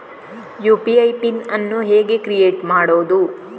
UPI PIN ಅನ್ನು ಹೇಗೆ create ಮಾಡುದು?